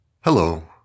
Hello